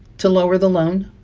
to lower the loan.